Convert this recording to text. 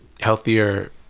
healthier